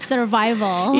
Survival